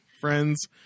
friends